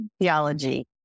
theology